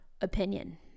opinion